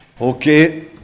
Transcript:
Okay